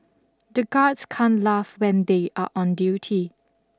the guards can't laugh when they are on duty